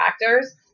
factors